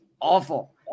awful